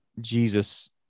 Jesus